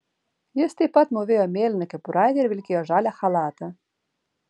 jis taip pat mūvėjo mėlyną kepuraitę ir vilkėjo žalią chalatą